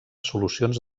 solucions